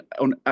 on